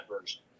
version